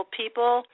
people